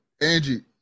Angie